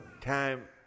time